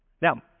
Now